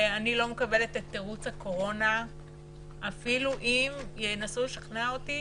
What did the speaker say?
ואני לא מקבלת את תירוץ הקורונה אפילו אם ינסו לשכנע אותי